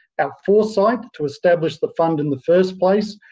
our foresight to establish the fund in the first place,